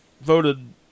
voted